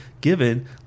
given